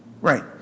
Right